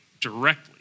directly